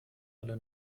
alle